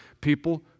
people